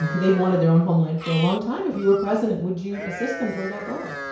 they've wanted their own homeland for a long time. if you were president, would you assist them toward that goal?